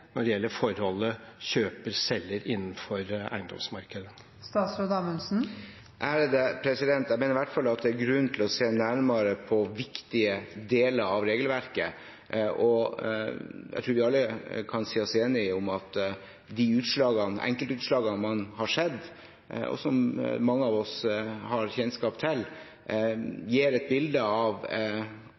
når det gjelder forholdet kjøper–selger innenfor eiendomsmarkedet? Jeg mener i hvert fall at det er grunn til å se nærmere på viktige deler av regelverket. Jeg tror vi alle kan si oss enig i at de enkeltutslagene man har sett, og som mange av oss har kjennskap til, gir et bilde av